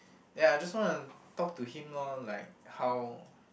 ya just wanna talk to him lor like how